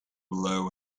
below